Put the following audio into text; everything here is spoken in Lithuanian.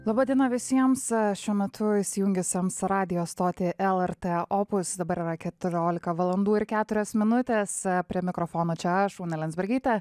laba diena visiems šiuo metu įsijungusiems radijo stotį lrt opus dabar yra keturiolika valandų ir keturios minutės prie mikrofono čia aš ūna landsbergytė